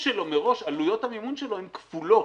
עלויות המימון שלו מראש הן כפולות.